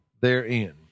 therein